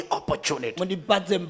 opportunity